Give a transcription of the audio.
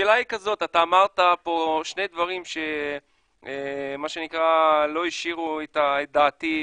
אמרת פה שני דברים שלא השאירו את דעתי ברוגע.